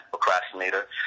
procrastinator